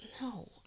No